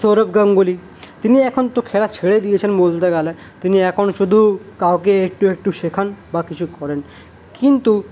সৌরভ গাঙ্গুলি তিনি এখন তো খেলা ছেড়ে দিয়েছেন বলতে গেলে তিনি এখন শুধু কাউকে একটু একটু শেখান বা কিছু করেন কিন্তু